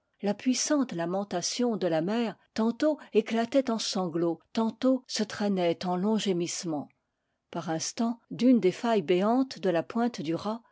la puissante lamentation de la mer tantôt éclatait en sanglots tantôt se traînait en longs gémissements par instants d'une des failles béantes de la pointe du raz